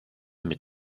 mit